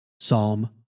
Psalm